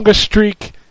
streak